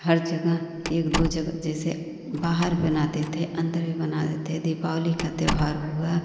हर जगह एक दो जगह जैसे बाहर बनाते थे अन्दर भी बना देते हैं दीपावली का त्योहार हुआ